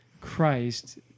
Christ